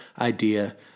idea